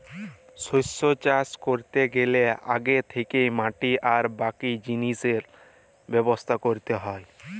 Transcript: শস্য চাষ ক্যরতে গ্যালে আগে থ্যাকেই মাটি আর বাকি জিলিসের ব্যবস্থা ক্যরতে হ্যয়